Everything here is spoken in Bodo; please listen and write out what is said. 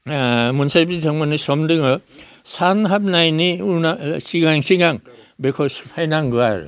मोनसे बिथांमोननि सम दोङो सान हाबनायनि उनाव सिगां सिगां बेखौ सिफाय नांगौ आरो